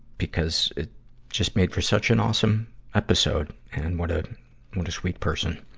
because it just made for such an awesome episode. and what a, what a sweet person.